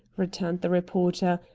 returned the reporter,